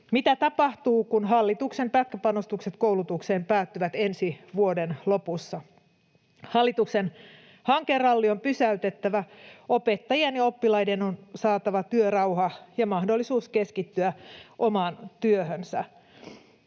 mitä tapahtuu, kun hallituksen pätkäpanostukset koulutukseen päättyvät ensi vuoden lopussa. Hallituksen hankeralli on pysäytettävä. Opettajien ja oppilaiden on saatava työrauha ja mahdollisuus keskittyä omaan työhönsä.